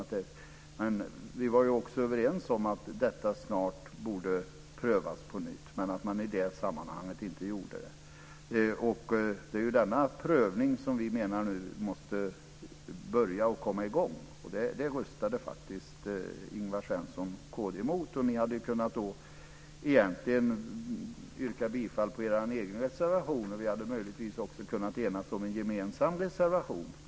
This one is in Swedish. Och vi var också överens om att detta snart borde prövas på nytt. Men man gjorde det inte i detta sammanhang. Och det är denna prövning som vi nu menar måste komma i gång. Och det röstade faktiskt Ingvar Svensson och kristdemokraterna emot. Ni hade egentligen kunnat yrka bifall till er egen reservation, och vi hade möjligtvis också kunnat enas om en gemensam reservation.